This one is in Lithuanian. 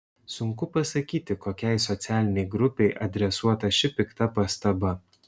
sunku pasakyti kokiai socialinei grupei adresuota ši pikta pastaba